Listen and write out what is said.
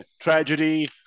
Tragedy